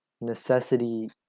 necessity